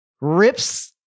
rips